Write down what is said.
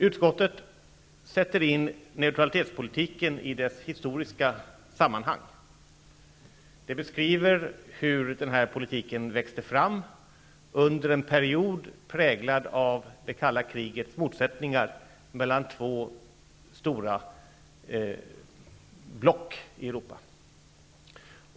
Utskottet sätter in neutralitetspolitiken i dess historiska sammanhang och beskriver hur denna politik växte fram under en period präglad av det kalla krigets motsättningar mellan två stora block i Europa.